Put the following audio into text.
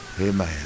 Amen